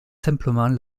simplement